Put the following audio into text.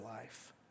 life